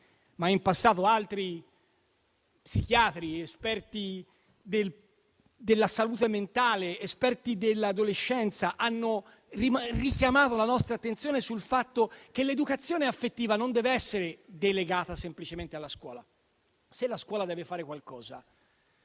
ma in passato altri psichiatri, esperti della salute mentale, esperti dell'adolescenza, hanno richiamato la nostra attenzione sul fatto che l'educazione affettiva non deve essere delegata semplicemente alla scuola. Se la scuola deve fare qualcosa,